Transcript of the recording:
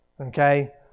Okay